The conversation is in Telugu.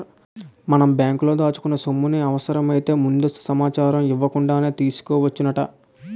మనం బ్యాంకులో దాచుకున్న సొమ్ముని అవసరమైతే ముందస్తు సమాచారం ఇవ్వకుండానే తీసుకోవచ్చునట